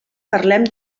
parlem